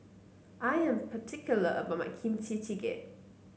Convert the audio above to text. I am particular about my Kimchi Jjigae